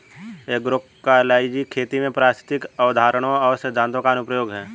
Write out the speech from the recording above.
agroecology खेती में पारिस्थितिक अवधारणाओं और सिद्धांतों का अनुप्रयोग है